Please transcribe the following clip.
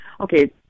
Okay